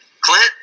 Clint